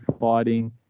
fighting